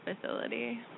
facility